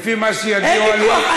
אין ויכוח,